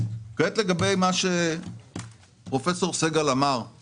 או אם אנחנו לא יכולים לדחות את זה לפחות בחצי שנה אז